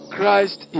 Christ